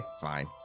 fine